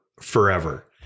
forever